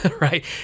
right